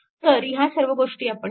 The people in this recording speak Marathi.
तर ह्या सर्व गोष्टी आपण केल्या